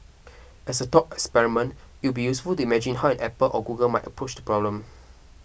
as a thought experiment it would be useful to imagine how an Apple or Google might approach the problem